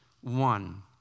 one